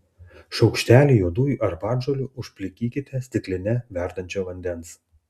šaukštelį juodųjų arbatžolių užplikykite stikline verdančio vandens